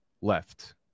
left